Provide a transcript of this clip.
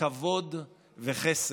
כבוד וכסף.